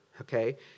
okay